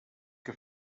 que